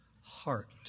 heart